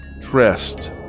dressed